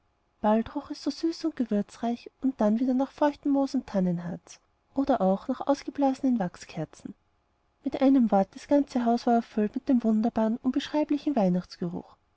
bald roch es so süß und gewürzreich dann wieder nach feuchtem moos und tannenharz oder auch nach ausgeblasenen wachskerzen mit einem wort das ganze haus war erfüllt mit dem wunderbaren unbeschreiblichen weihnachtsgeruch